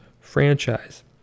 franchise